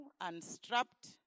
unstrapped